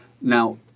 Now